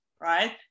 right